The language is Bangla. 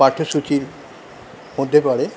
পাঠ্যসূচির মধ্যে পড়ে